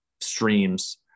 streams